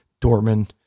Dortmund